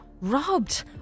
Robbed